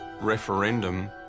referendum